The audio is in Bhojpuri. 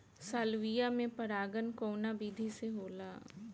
सालविया में परागण कउना विधि से होला?